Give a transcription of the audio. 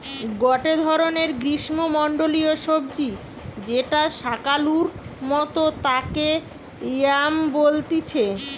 গটে ধরণের গ্রীষ্মমন্ডলীয় সবজি যেটা শাকালুর মতো তাকে য়াম বলতিছে